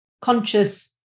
conscious